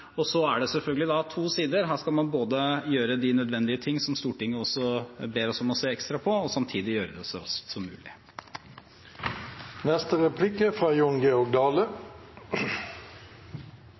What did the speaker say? Så er det selvfølgelig to sider. Her skal man både gjøre de nødvendige ting som Stortinget ber oss om å se ekstra på, og samtidig gjøre det så raskt som